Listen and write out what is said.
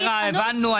נירה, הבנו.